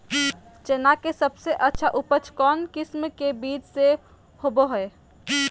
चना के सबसे अच्छा उपज कौन किस्म के बीच में होबो हय?